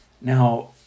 Now